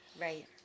right